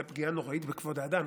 זו פגיעה נוראית בכבוד האדם,